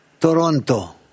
Toronto